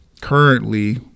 currently